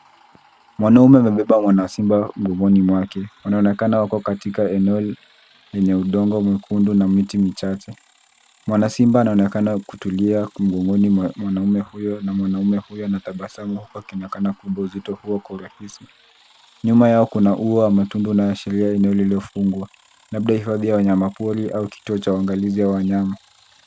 Mwanamume amebeba mwana wa simba mgongoni mwake. Wanaonekana kuwa katika eneo lenye udongo mwekundu na miti michache. Mwanasimba anaonekana kutulia mgongoni mwa mwanamume huyo na mwanamume huyo anatabasamu huku akibeba uzito huo kwa uahisi. Nyuma yao kuna ua wa matunda unaoashiria eneo lililofungwa, labda hifadhi ya wanayamapori au kituo cha uangalizi ya wanyama.